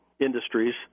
industries